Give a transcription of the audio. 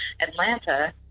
Atlanta